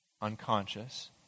unconscious